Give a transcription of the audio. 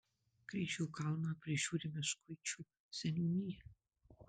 kryžių kalną prižiūri meškuičių seniūnija